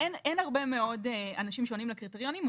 אין הרבה מאוד אנשים שעונים לקריטריונים,